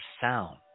sound